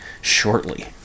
shortly